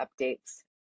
updates